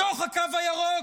בתוך הקו הירוק,